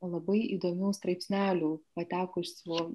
labai įdomių straipsnelių patekusių